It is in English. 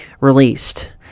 released